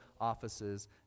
offices